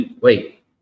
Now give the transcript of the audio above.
Wait